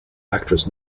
actress